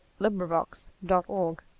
LibriVox.org